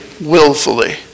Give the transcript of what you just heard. willfully